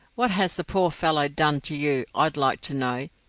what has the poor fellow done to you, i'd like to know?